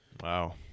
Wow